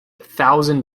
thousand